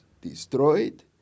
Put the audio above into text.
destroyed